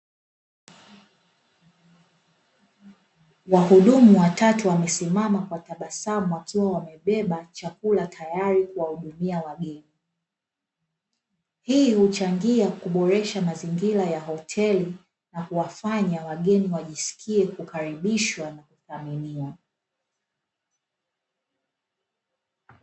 Wahudumu watatu, wamesimama kwa tabasamu wakiwa wamebeba chakula tayari kuwahudumia wageni, hii huchangia kuboresha mazingira ya hoteli na kuwafanya wageni wajisikie kukaribishwa na kuthaminiwa.